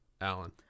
Alan